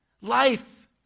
Life